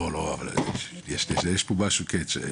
יש פה קאצ'.